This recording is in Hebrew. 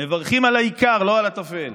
מברכים על העיקר ולא על הטפל.